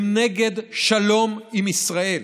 הם נגד שלום עם ישראל.